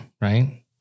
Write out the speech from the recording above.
right